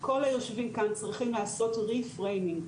כל היושבים כאן צריכים לעשות רי פריימינג,